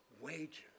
wages